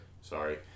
Sorry